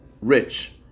Rich